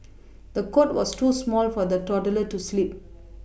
the cot was too small for the toddler to sleep